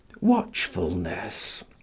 watchfulness